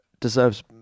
deserves